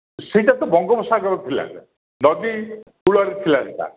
ସେଇଟା ତ ବଙ୍ଗୋପ ସାଗର ଥିଲା ନଦୀ କୂଳରେ ଥିଲା ସେଟା